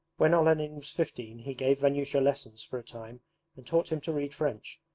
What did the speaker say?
when olenin was fifteen he gave vanyusha lessons for a time and taught him to read french,